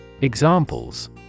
Examples